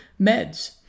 meds